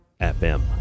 FM